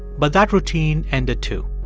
but that routine ended, too.